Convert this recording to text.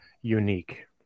unique